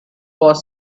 was